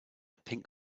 pink